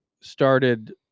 started